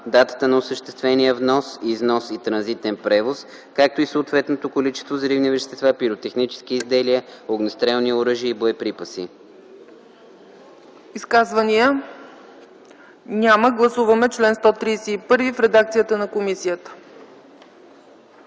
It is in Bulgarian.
датата на осъществения внос, износ и транзитен превоз, както и съответното количество взривни вещества, пиротехнически изделия, огнестрелни оръжия и боеприпаси”. ПРЕДСЕДАТЕЛ ЦЕЦКА ЦАЧЕВА: Изказвания няма. Гласуваме чл. 131 в редакцията на комисията.